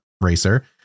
racer